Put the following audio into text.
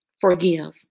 Forgive